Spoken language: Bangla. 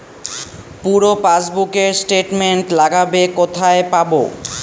পুরো পাসবুকের স্টেটমেন্ট লাগবে কোথায় পাব?